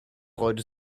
freut